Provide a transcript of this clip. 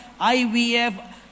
IVF